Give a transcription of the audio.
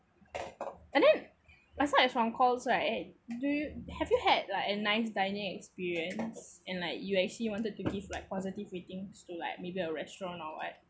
but then last time I got calls right do you have you had like a nice dining experience and like you actually wanted to give like positive ratings to like maybe a restaurant or what